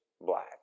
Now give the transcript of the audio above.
black